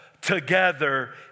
together